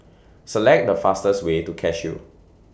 Select The fastest Way to Cashew